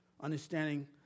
understanding